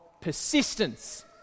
persistence